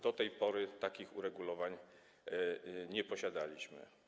Do tej pory takich uregulowań nie posiadaliśmy.